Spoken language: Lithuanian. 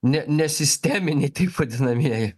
ne nesisteminiai taip vadinamieji